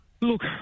look